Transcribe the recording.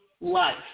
life